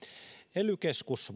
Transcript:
ely keskus